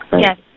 Yes